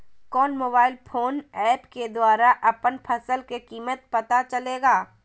कौन mobile phone app के द्वारा अपन फसल के कीमत पता चलेगा?